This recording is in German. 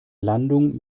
landung